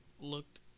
looked